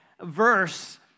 verse